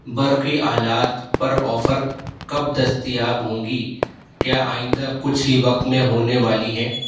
برقی آلات پر آفر کب دستیاب ہوں گی کیا آئندہ کچھ ہی وقت میں ہونے والی ہیں